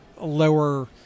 lower